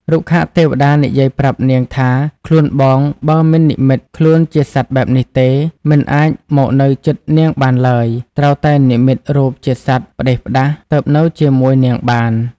រុក្ខទេវតានិយាយប្រាប់នាងថាខ្លួនបងបើមិននិម្មិត ខ្លួនជាសត្វបែបនេះទេ មិនអាចមកនៅជិតនាងបានឡើយត្រូវតែនិម្មិតរូបជាសត្វផ្ដេសផ្ដាស់ទើបនៅជាមួយ នាងបាន ។